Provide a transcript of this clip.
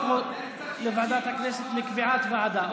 עוברות לוועדת הכנסת לקביעת ועדה.